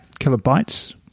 kilobytes